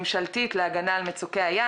הממשלתית להגנה על מצוקי הים.